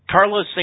Carlos